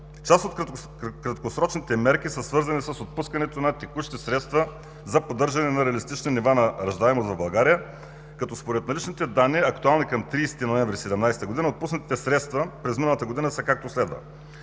Част от краткосрочните мерки са свързани с отпускането на текущи средства за поддържане на реалистични нива на раждаемост в България, като според наличните данни, актуални към 30 ноември 2017 г., отпуснатите средства през новата година са както следва: